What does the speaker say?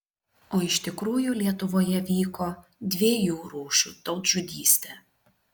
o iš tikrųjų lietuvoje vyko dviejų rūšių tautžudystė